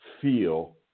feel